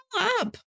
up